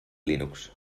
linux